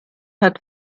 hat